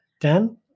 Dan